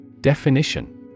Definition